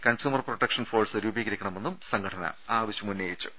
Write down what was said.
consumer protection force രൂപീകരിക്കണമെന്നും സംഘടന ആവശ്യമുന്നയിച്ചു